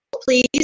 please